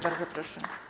Bardzo proszę.